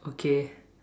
okay